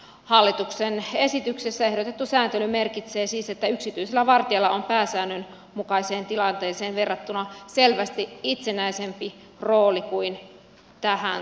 hallituksen esityksessä ehdotettu sääntely merkitsee siis että yksityisellä vartijalla on pääsäännön mukaiseen tilanteeseen verrattuna selvästi itsenäisempi rooli kuin tähän saakka